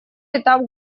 этап